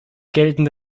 geltende